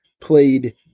played